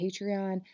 Patreon